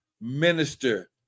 minister